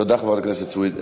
תודה, חברת הכנסת סויד.